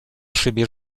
szybie